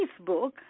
Facebook